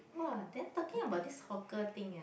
!wah! then talking about this hawker thing ah